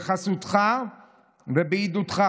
בחסותך ובעידודך.